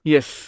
Yes